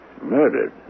Murdered